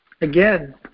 Again